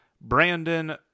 Brandon